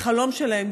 החלום שלהם.